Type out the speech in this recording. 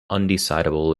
undecidable